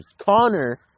Connor